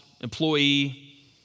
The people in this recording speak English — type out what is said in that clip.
employee